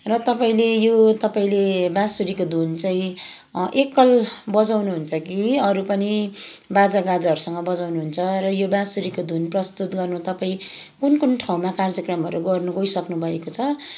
र तपाईँले यो तपाईँले बाँसुरीको धुन चाहिँ एकल बजाउनु हुन्छ कि अरू पनि बाजागाजाहरूसँग बजाउनु हुन्छ र यो बाँसुरीको धुन प्रस्तुत गर्नु तपाईँ कुन कुन ठाउँमा कार्यक्रमहरू गर्न गइसक्नुभएको छ